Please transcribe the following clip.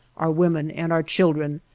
our women, and our children,